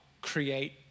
create